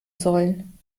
sollen